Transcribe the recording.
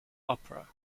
opera